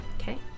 Okay